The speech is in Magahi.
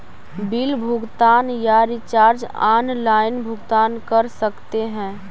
बिल भुगतान या रिचार्ज आनलाइन भुगतान कर सकते हैं?